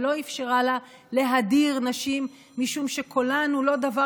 ולא אפשרה לה להדיר נשים משום שקולן הוא לא דבר